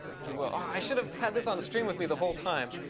he will. i should have had this on the stream with me the whole time.